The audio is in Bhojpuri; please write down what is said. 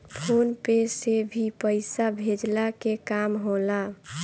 फ़ोन पे से भी पईसा भेजला के काम होला